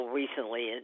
recently